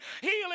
healing